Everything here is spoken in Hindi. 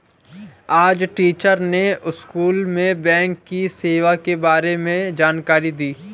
आज टीचर ने स्कूल में बैंक की सेवा के बारे में जानकारी दी